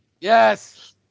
Yes